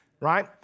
right